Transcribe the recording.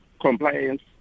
compliance